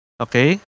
okay